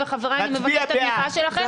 אז שהממשלה תעשה את העבודה שלה עכשיו.